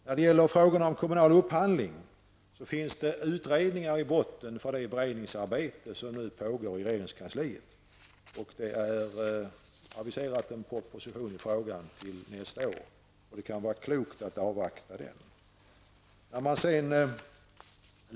När det gäller frågan om kommunal upphandling ligger utredningar till grund för det beredningsarbete som nu pågår i regeringskansliet, och det har aviserats en proposition i frågan till nästa år. Det kan vara klokt att avvakta den.